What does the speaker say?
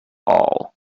all